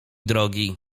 drogi